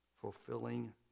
fulfilling